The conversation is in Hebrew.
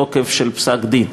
תוקף של פסק-דין.